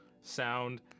sound